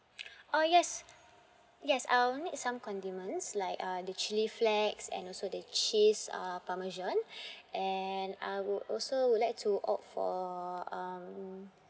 oh yes yes I will need some condiments like uh the chili flakes and also the cheese uh parmesan and I would also would like to opt for um